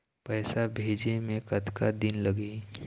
पैसा भेजे मे कतका दिन लगही?